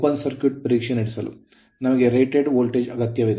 open circuit ಪರೀಕ್ಷೆ ನಡೆಸಲು ನಮಗೆ ರೇಟೆಡ್ ವೋಲ್ಟೇಜ್ ಅಗತ್ಯವಿದೆ